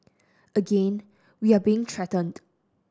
again we are being threatened